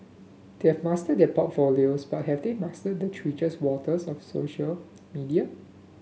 they have mastered their portfolios but have they mastered the treacherous waters of social media